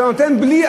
אתה נותן בלי,